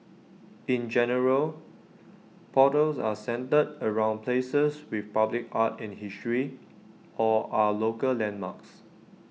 in general portals are centred around places with public art and history or are local landmarks